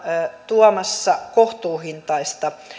tuomassa kohtuuhintaista